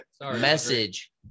message